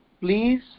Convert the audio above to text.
Please